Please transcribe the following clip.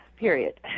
period